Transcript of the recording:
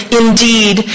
indeed